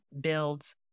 builds